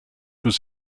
was